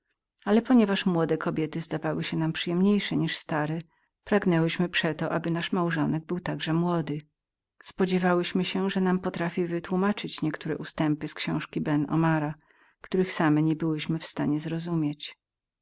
ale ponieważ młode kobiety zdawały nam się przyjemniejszemi niż stare pragnęłyśmy przeto aby nasz małżonek był także młodym spodziewałyśmy się że nam potrafi wytłumaczyć niektóre ustępy z książki benomri których same niebyłyśmy w stanie zrozumieć